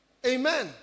Amen